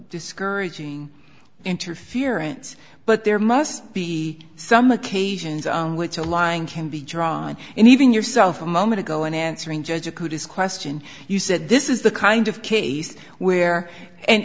discouraging interference but there must be some occasions on which a line can be drawn and even yourself a moment ago in answering judge a good as question you said this is the kind of case where and